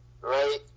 right